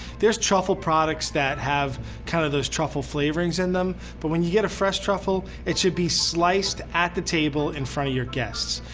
there's truffle products that have kinda kind of those truffle flavorings in them, but when you get a fresh truffle it should be sliced at the table in front of your guests.